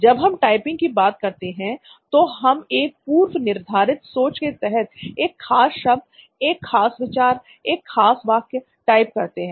जब हम टाइपिंग की बात करते हैं तो हम एक पूर्व निर्धारित सोच के तहत एक खास शब्द एक खास विचार एक खास वाक्य टाइप करते हैं